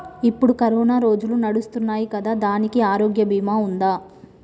ఇప్పుడు కరోనా రోజులు నడుస్తున్నాయి కదా, దానికి ఆరోగ్య బీమా ఉందా?